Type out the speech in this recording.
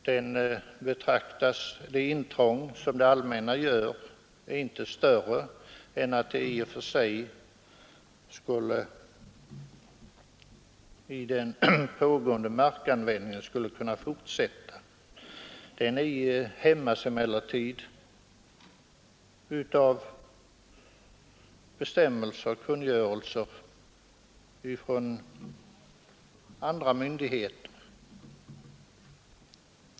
Det intrång som det allmänna gör är kanske inte större än att marken i fortsättningen kan användas på samma sätt som hittills. Detta hindras emellertid av bestämmelser och kungörelser från andra myndigheter.